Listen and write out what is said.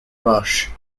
rush